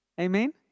Amen